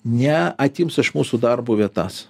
ne atims iš mūsų darbo vietas